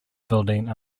building